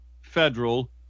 federal